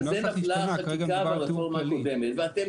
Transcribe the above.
הלא על זה נפלה החקיקה ברפורמה הקודמת ואתם